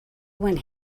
when